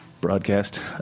broadcast